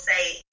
say